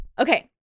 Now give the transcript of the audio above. Okay